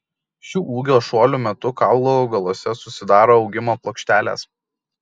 šių ūgio šuolių metu kaulų galuose susidaro augimo plokštelės